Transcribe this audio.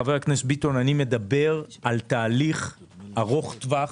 חבר הכנסת ביטון, אני מדבר על תהליך ארוך טווח,